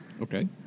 Okay